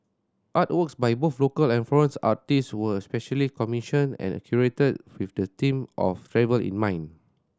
artworks by both local and foreign artist were specially commissioned and curated with the theme of travel in mind